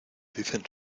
dicen